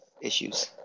Issues